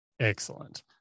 excellent